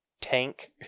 tank